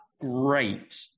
great